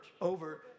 over